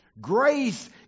Grace